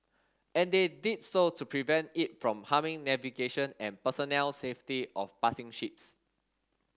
and they did so to prevent it from harming navigation and personnel safety of passing ships